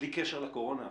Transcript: בלי קשר לקורונה אפילו,